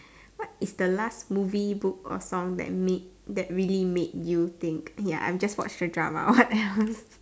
what is the last movie book or song that made that really made you think !aiya! I'm just for sure drama what else